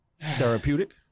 therapeutic